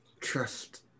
trust